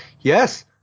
yes